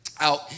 out